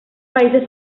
países